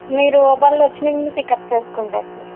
మీరు వాళ్ళు వచ్చి మిమల్ని పిక్ అప్ చేసుకుంటారు సార్